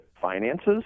finances